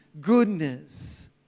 goodness